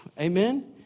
Amen